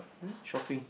!huh! shopping